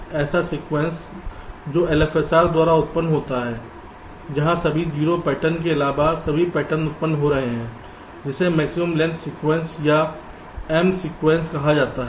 ऐसा सीक्वेंस जो LFSR द्वारा उत्पन्न होता है जहां सभी 0 पैटर्न के अलावा सभी पैटर्न उत्पन्न हो रहे हैं जिसे मैक्सिमम लेंथ सीक्वेंस या m सीक्वेंस कहा जाता है